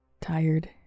Tired